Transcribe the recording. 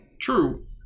True